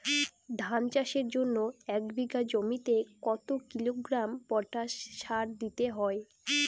ধান চাষের জন্য এক বিঘা জমিতে কতো কিলোগ্রাম পটাশ সার দিতে হয়?